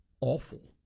awful